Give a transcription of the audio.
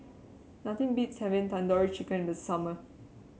nothing beats having Tandoori Chicken in the summer